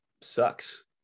sucks